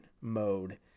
mode